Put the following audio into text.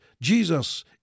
Jesus